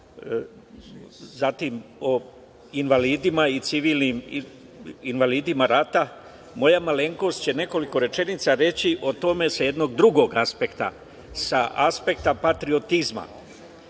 zatim o invalidima i civilnim invalidima rata, moja malenkost će nekoliko rečenica reći o tome sa jednog drugog aspekta, sa aspekta patriotizma. Prvi